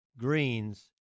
greens